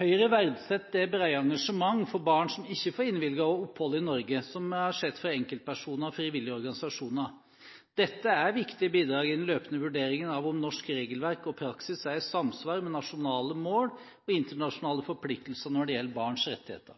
Høyre verdsetter det brede engasjementet for barn som ikke får innvilget opphold i Norge, som vi har sett fra enkeltpersoner og frivillige organisasjoner. Dette er viktige bidrag i den løpende vurderingen av om norsk regelverk og praksis er i samsvar med nasjonale mål og internasjonale forpliktelser når det gjelder barns rettigheter.